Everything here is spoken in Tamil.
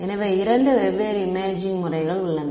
எனவே இரண்டு வெவ்வேறு இமேஜிங் முறைகள் உள்ளன